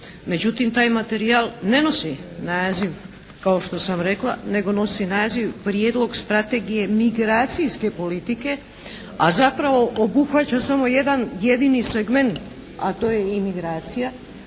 Međutim, taj materijal ne nosi naziv kao što sam rekla, nego nosi naziv Prijedlog strategije migracijske politike, a zapravo obuhvaća samo jedan jedini segment, a to je imigracija.